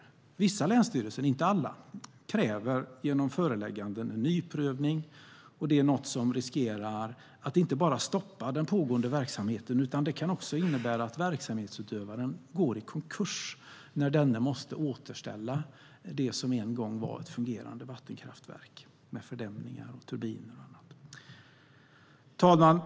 Inte alla länsstyrelser, men vissa, kräver genom förelägganden nyprövning, något som riskerar att inte bara stoppa pågående verksamhet, utan det kan också innebära att verksamhetsutövaren går i konkurs när denne måste återställa det som en gång var ett fungerande vattenkraftverk med fördämningar och turbiner. Herr talman!